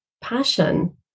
passion